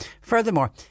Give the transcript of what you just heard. Furthermore